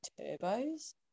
turbos